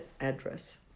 address